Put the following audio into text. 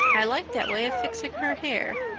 i like that way of fixing her hair.